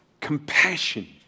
compassion